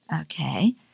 Okay